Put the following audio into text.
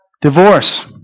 Divorce